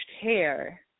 hair